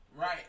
Right